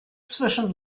zwischen